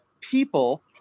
people